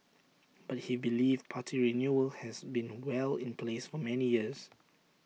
but he believes party renewal has been well in place for many years